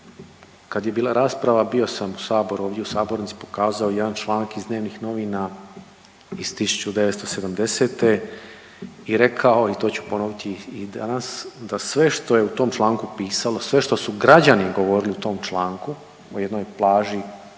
kad je bila rasprava bio sam u Saboru ovdje u sabornici pokazao jedan članak iz dnevnih novina iz 1970. i rekao i to ću ponoviti i danas da sve što je u tom članku pisalo, sve što su građani govorili u tom članku o jednoj plaži